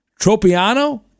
Tropiano